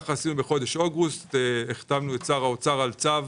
בחודש אוגוסט החתמנו את שר האוצר על צו